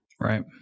Right